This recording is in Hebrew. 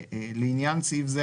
"לעניין סעיף זה,